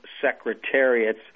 Secretariat's